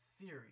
theory